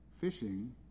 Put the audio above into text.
fishing